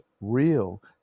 real